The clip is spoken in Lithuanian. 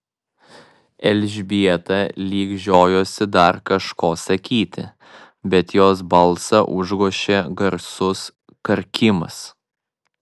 elžbieta lyg žiojosi dar kažko sakyti bet jos balsą užgožė garsus karkimas